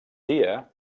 dia